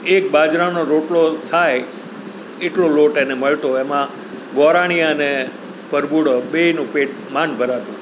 એક બાજરાનો રોટલો થાય એટલો લોટ એને મળતો એમાં ગોરાણી અને પરભુડો બેયનું પેટ માંડ ભરાતું